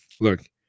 look